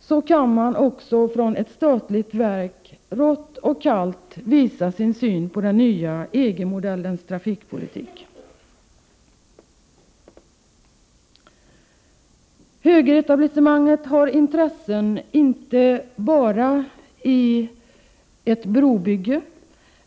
Så kan man också från ett statligt verk rått och kallt visa sin syn på den nya EG-modellens trafikpolitik. Högeretablissemanget har inte bara intresse i ett brobygge